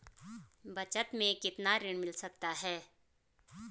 बचत मैं कितना ऋण मिल सकता है?